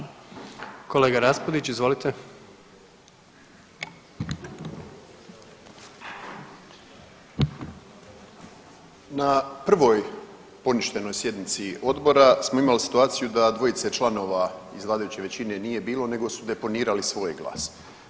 Na prvoj poništenoj sjednici odbora smo imali situaciju da dvojice članova iz vladajuće većine nije bilo nego su deponirali svoj glas.